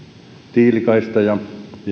tiilikaista ja